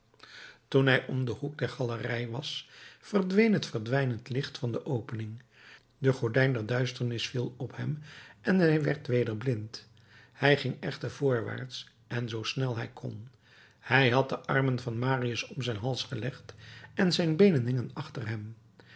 toen hij om den hoek der galerij was verdween het verwijderd licht van de opening de gordijn der duisternis viel op hem en hij werd weder blind hij ging echter voorwaarts en zoo snel hij kon hij had de armen van marius om zijn hals gelegd en zijn beenen hingen achter hem